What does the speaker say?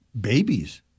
babies